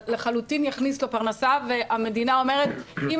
אבל לחלוטין יכניס לו פרנסה והמדינה אומרת שאם